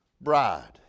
bride